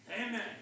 Amen